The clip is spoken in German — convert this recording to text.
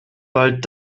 bald